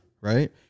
right